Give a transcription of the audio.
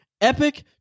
Epic